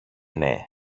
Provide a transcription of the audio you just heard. ναι